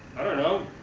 i don't know,